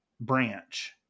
branch